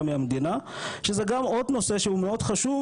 מהמדינה שזה גם עוד נושא שהוא מאוד חשוב